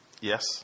Yes